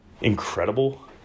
incredible